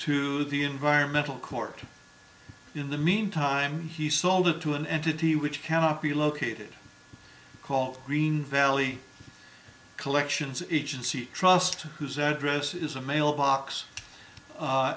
the environmental court in the meantime he sold it to an entity which cannot be located called green valley collections agency trust whose address is a mailbox